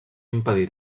impedir